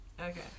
Okay